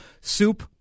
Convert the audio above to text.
Soup